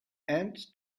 and